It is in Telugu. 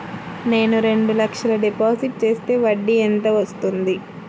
నేను రెండు లక్షల డిపాజిట్ చేస్తే వడ్డీ ఎంత వస్తుంది?